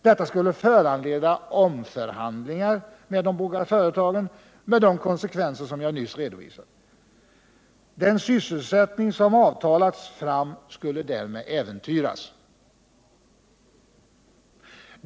Detta skulle föranleda omförhandlingar med de båda företagen med de konsekvenser som jag nyss redovisat. Den sysselsättning som avtalats fram skulle därmed äventyras.